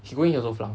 he go in also flung